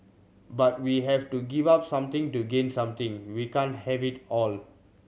but we have to give up something to gain something we can't have it all